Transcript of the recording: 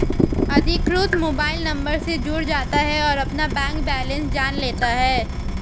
अधिकृत mobile number से जुड़ जाता है और अपना बैंक बेलेंस जान लेता है